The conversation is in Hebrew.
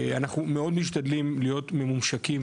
אנחנו מאוד משתדלים להיות ממומשקים